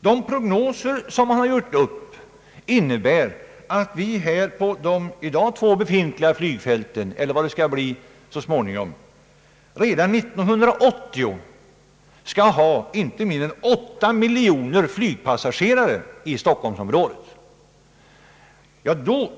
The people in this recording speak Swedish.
De prognoser som man har gjort upp innebär att vi på de två i dag befintliga flygfälten redan 1980 skall ha inte mindre än åtta miljoner flygpassagerare i Stockholmsområdet.